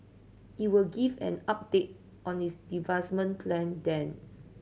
it will give an update on its divestment plan then